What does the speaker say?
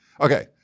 Okay